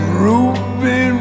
ruby